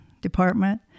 department